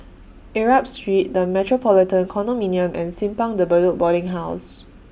Arab Street The Metropolitan Condominium and Simpang De Bedok Boarding House